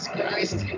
Christ